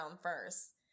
first